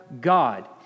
God